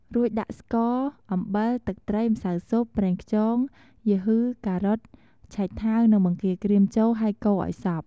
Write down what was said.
រួចដាក់ស្ករ អំបីល ទឹកត្រី ម្សៅស៊ុប ប្រេងខ្យង យូហឺ ការ៉ុត ឆៃថាវ និងបង្គាក្រៀមចូល ហើយកូរឱ្យសព្វ។